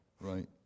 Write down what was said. Right